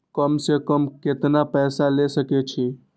कम से कम केतना पैसा ले सके छी?